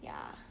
ya